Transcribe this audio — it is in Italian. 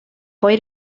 poi